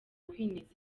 kwinezeza